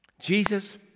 Jesus